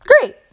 Great